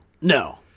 No